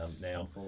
Now